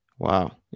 Wow